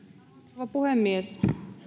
rouva puhemies